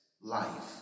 life